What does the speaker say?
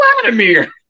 Vladimir